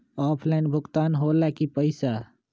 Offline भुगतान हो ला कि पईसा?